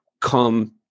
come